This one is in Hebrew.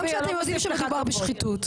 גם כשאתם יודעים שמדובר בשחיתות.